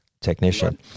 technician